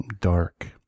dark